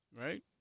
right